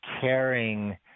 caring